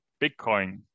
Bitcoin